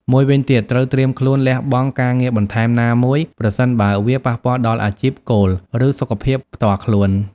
មួយវិញទៀតត្រូវត្រៀមខ្លួនលះបង់ការងារបន្ថែមណាមួយ ប្រសិនបើវាប៉ះពាល់ដល់អាជីពគោល ឬសុខភាពផ្ទាល់ខ្លួន។